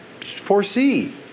foresee